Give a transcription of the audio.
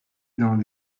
dans